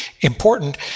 important